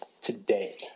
today